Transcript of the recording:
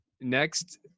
Next